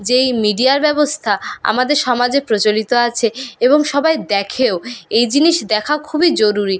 যে এই মিডিয়ার ব্যবস্থা আমাদের সমাজে প্রচলিত আছে এবং সবাই দেখেও এই জিনিস দেখা খুবই জরুরি